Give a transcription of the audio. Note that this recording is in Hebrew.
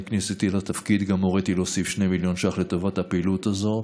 עם כניסתי לתפקיד גם הוריתי להוסיף 2 מיליון שקל לטובת הפעילות הזאת,